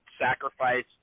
sacrifice